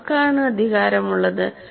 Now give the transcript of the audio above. ആർക്കാണ് അധികാരമുള്ളത്